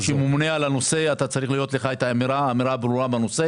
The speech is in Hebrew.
כשר שממונה על הנושא צריכה להיות לך אמירה ברורה בנושא